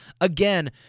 again